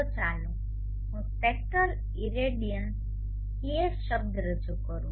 તો ચાલો હું સ્પેક્ટ્રલ ઇરેડિયન્સ PS શબ્દ રજૂ કરું